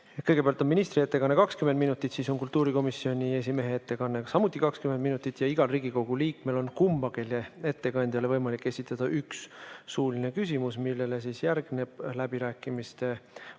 kõigepealt on ministri ettekanne, 20 minutit, siis on kultuurikomisjoni esimehe ettekanne, samuti 20 minutit. Seejärel on igal Riigikogu liikmel kummalegi ettekandjale võimalik esitada üks suuline küsimus, millele järgneb läbirääkimiste voor,